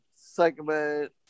segment